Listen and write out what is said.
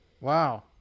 Wow